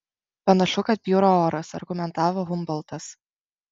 panašu kad bjūra oras argumentavo humboltas